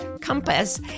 compass